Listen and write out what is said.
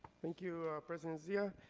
thank you ah president zia.